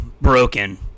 broken